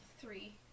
three